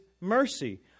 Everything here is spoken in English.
mercy